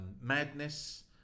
Madness